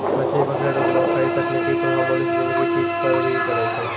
मछली पकड़ै रो विनाशकारी तकनीकी प्रभाव मनुष्य ज़िन्दगी चीज पर भी पड़ै छै